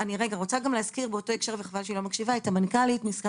רציתי להזכיר באותו הקשר את המנכ"לית ממשרד